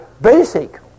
basic